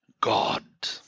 God